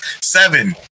seven